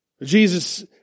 Jesus